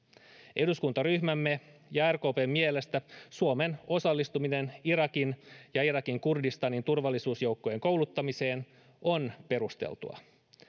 eduskuntaryhmämme ja rkpn mielestä suomen osallistuminen irakin ja irakin kurdistanin turvallisuusjoukkojen kouluttamiseen on perusteltua